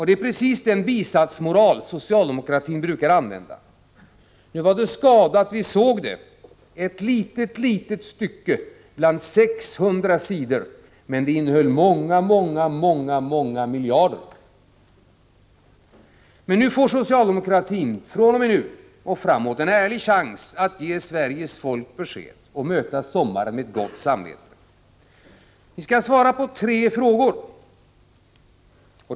Det är precis samma bisatsmoral som socialdemokraterna brukar använda sig av. Nu var det emellertid skada att vi såg detta — ett mycket litet stycke i ett dokument som omfattar 600 sidor —, men det gällde många miljarder. Socialdemokratin får dock fr.o.m. nu en ärlig chans att ge Sveriges folk besked och att möta sommaren med gott samvete. Ni skall svara på tre frågor: 1.